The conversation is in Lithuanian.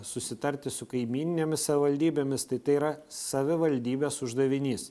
susitarti su kaimyninėmis savivaldybėmis tai tai yra savivaldybės uždavinys